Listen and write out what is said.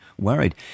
worried